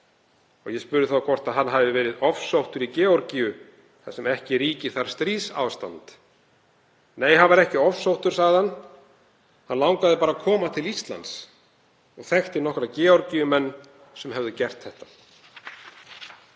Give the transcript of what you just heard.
Ég spurði þá hvort hann hefði verið ofsóttur í Georgíu þar sem ekki ríkir stríðsástand. Nei, hann var ekki ofsóttur, sagði hann, hann langaði bara að koma til Íslands og þekkti nokkra Georgíumenn sem hefðu gert þetta.